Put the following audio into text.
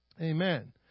Amen